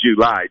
July